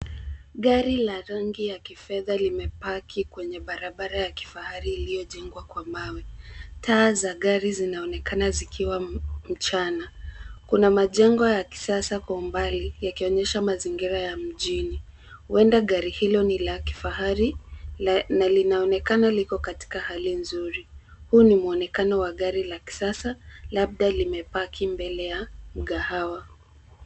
Gari la rangi ya fedha limepaki kwenye barabara ya kifahari iliyojengwa kwa mawe. Taa za gari zinaonekana zikiwa mchana. Kuna majengo ya kisasa kwa mbali yakionyesha mazingira ya mjini. Huenda gari hilo ni la kifahari na linaonekana liko katika hali nzuri. Huu ni muonekano wa gari la kisasa, labda limepaki mbele ya mgahawa.